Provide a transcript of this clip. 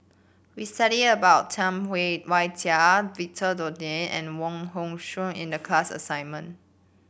we studied about Tam Wai Jia Victor Doggett and Wong Hong Suen in the class assignment